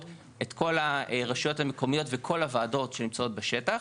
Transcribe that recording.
את כל הרשויות המקומיות וכל הוועדות שנמצאות בשטח.